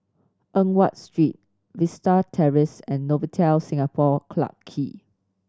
Eng Watt Street Vista Terrace and Novotel Singapore Clarke Quay